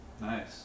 Nice